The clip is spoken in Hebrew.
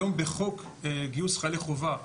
היום בחוק גיוס חיילי חובה,